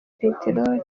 peteroli